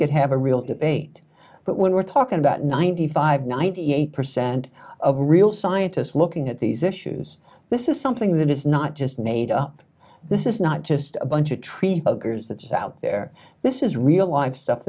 could have a real debate but when we're talking about ninety five ninety eight percent of real scientists looking at these issues this is something that is not just made up this is not just a bunch of tree huggers that's out there this is real life stuff